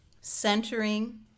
centering